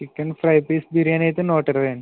chicken fry piece biryani అయితే నూట ఇరవై అండి